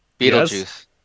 Beetlejuice